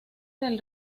del